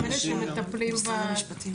הם אלה שמטפלים --- יש ממשרד המשפטים.